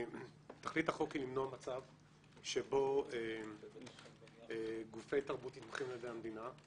תכלית החוק היא למנוע מצב שבו גופי תרבות נתמכים על ידי המדינה,